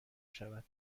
شود